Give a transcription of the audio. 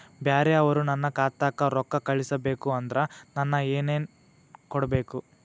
ಬ್ಯಾರೆ ಅವರು ನನ್ನ ಖಾತಾಕ್ಕ ರೊಕ್ಕಾ ಕಳಿಸಬೇಕು ಅಂದ್ರ ನನ್ನ ಏನೇನು ಕೊಡಬೇಕು?